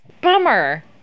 Bummer